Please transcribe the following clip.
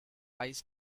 ice